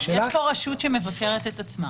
יש פה רשות שמבקרת את עצמה.